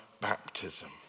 baptism